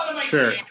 sure